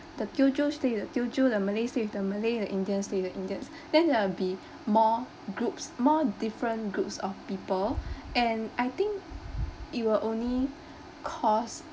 the teochew stay with teochew the malay stay with malay the indians stay with the indians then there'll be more groups more different groups of people and I think it will only cause